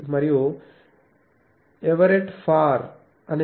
V Giri మరియు Everett ఫార్Everett Farr